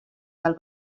del